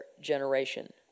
generation